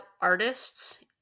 artists